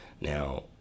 now